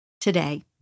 today